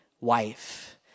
wife